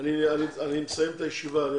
אני צריך לסיים את הישיבה.